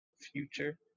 Future